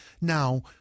Now